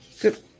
Good